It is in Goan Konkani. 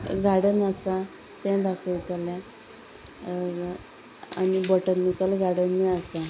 गार्डन आसा तें दाखयतलें आनी बॉटनिकल गार्डनूय आसा